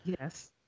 yes